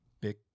big